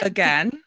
Again